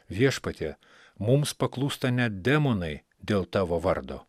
viešpatie mums paklūsta net demonai dėl tavo vardo